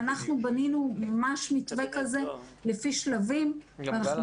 אנחנו בנינו ממש מתווה כזה לפי שלבים ואנחנו